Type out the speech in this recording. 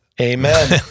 Amen